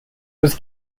was